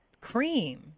cream